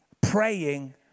praying